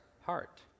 heart